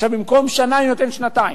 במקום שנה אני נותן שנתיים.